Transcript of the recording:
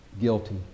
guilty